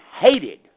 hated